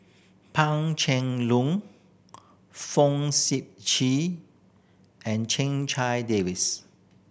Pan Cheng Fong Sip Chee and Davies